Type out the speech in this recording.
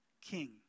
king